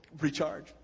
recharge